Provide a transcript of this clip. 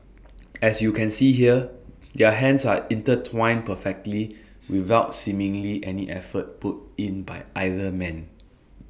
as you can see here their hands are intertwined perfectly without seemingly any effort put in by either man